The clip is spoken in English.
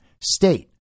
State